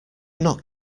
not